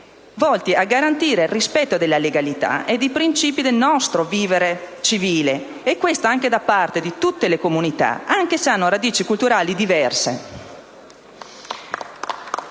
volti a garantire il rispetto della legalità e dei principi del nostro vivere civile da parte dì tutte le comunità, anche con radici culturali diverse,